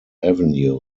avenue